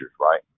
right